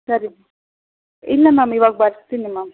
ಸರಿ ಇಲ್ಲ ಮ್ಯಾಮ್ ಈವಾಗ ಬರ್ತೀನಿ ಮ್ಯಾಮ್